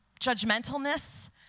judgmentalness